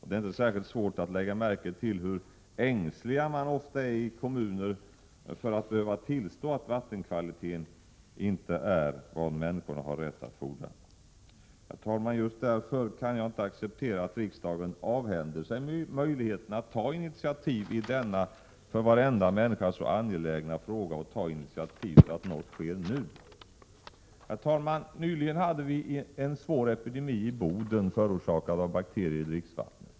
Det är inte särskilt svårt att lägga märke till hur ängslig man ofta är i många kommuner när man måste tillstå att vattenkvaliteten inte är vad människorna har rätt att fordra. Herr talman! Just därför kan jag inte acceptera att riksdagen avhänder möjligheten att ta initiativ i denna för varenda människa så angelägna fråga, så att någonting sker nu. Herr talman! Nyligen hade vi en svår epidimi i Boden, förorsakad av bakterier i dricksvattnet.